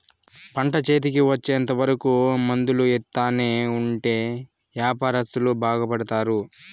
పంట చేతికి వచ్చేంత వరకు మందులు ఎత్తానే ఉంటే యాపారత్తులు బాగుపడుతారు